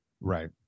Right